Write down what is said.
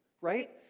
right